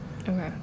Okay